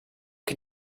can